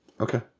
okay